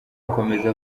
akomeza